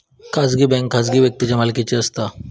खाजगी बँक खाजगी व्यक्तींच्या मालकीची असता